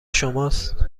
شماست